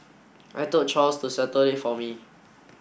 I told Charles to settle it for me